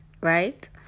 right